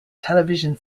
television